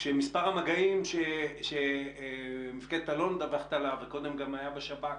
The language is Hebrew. כשמספר המגעים שמפקדת אלון מדווחת עליו וקודם גם היה בשב"כ,